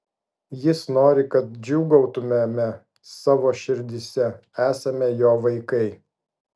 jis nori kad džiūgautumėme savo širdyse esame jo vaikai